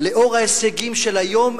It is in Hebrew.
לנוכח ההישגים של היום,